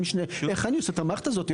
איך אני עושה את המערכת הזאת,